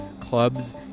clubs